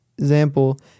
Example